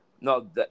No